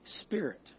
Spirit